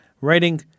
writing